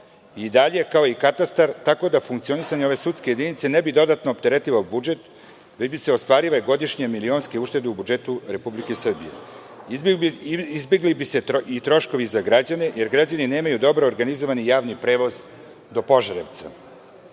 i dalje kao i katastar. Tako da funkcionisanje sudske jedinice ne bi dodatno opteretilo budžet gde bi se ostvarile već bi se ostvarile godišnje milionske uštede u budžetu Republike Srbije. Izbegli bi se troškovi i za građane jer građani nemaju dobro organizovani javni prevoz do Požarevca.